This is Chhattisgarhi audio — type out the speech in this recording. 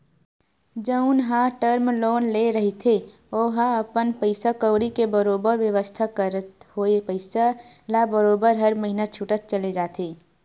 जउन ह टर्म लोन ले रहिथे ओहा अपन पइसा कउड़ी के बरोबर बेवस्था करत होय पइसा ल बरोबर हर महिना छूटत चले जाथे